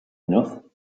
enough